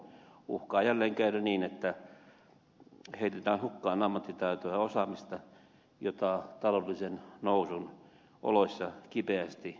uhkaa jälleen käydä niin että heitetään hukkaan ammattitaitoa ja osaamista jota taloudellisen nousun oloissa kipeästi tarvittaisiin